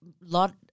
lot